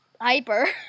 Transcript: hyper